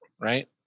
right